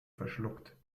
verschluckt